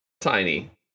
tiny